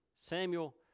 Samuel